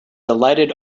delighted